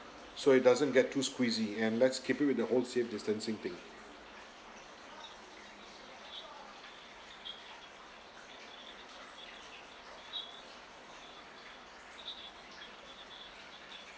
so it doesn't get too squeezy and let's keep it with the whole safe distancing thing